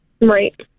Right